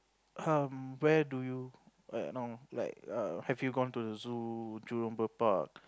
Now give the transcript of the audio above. um where do you like you know like have you gone to the zoo Jurong-Bird-Park